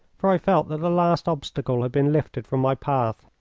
for i felt that the last obstacle had been lifted from my path.